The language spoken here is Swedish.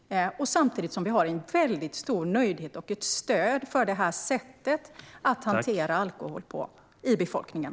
Samtidigt finns en stor nöjdhet och ett stöd för det sättet att hantera alkohol i befolkningen.